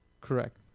Correct